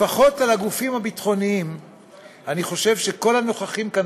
לפחות על הגופים הביטחוניים אני חושב שכל הנוכחים כאן,